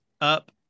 up